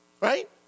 right